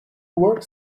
work